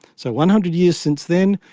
so one hundred years since then,